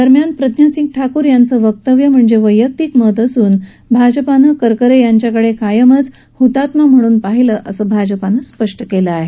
दरम्यान प्रज्ञासिंह ठाकूर यांचं हे वक्तव्य म्हणजे त्यांचं वैयक्तिक मत असून भाजपनं करकरे यांच्याकडे कायमच हुतात्मा म्हणून पाहिलं असं भाजपनं स्पष्ट केलं आहे